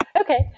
okay